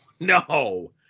No